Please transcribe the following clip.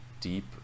deep